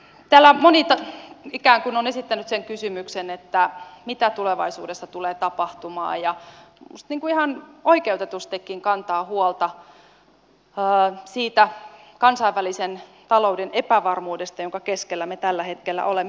täällä moni ikään kuin on esittänyt sen kysymyksen mitä tulevaisuudessa tulee tapahtumaan ja minusta ihan oikeutetustikin kantaa huolta siitä kansainvälisen talouden epävarmuudesta jonka keskellä me tällä hetkellä olemme